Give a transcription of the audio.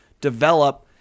develop